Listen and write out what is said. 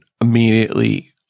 immediately